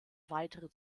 weitere